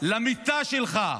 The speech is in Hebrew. למיטה שלך,